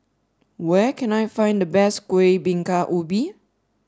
where can I find the best Kuih Bingka Ubi